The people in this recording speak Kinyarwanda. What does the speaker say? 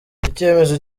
icyemezo